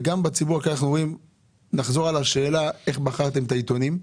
וגם בו נחזור על השאלה: איך בחרתם את הנתונים.